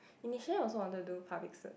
initially I also want to do public ser~